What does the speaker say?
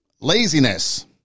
laziness